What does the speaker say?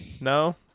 No